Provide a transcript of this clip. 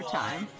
time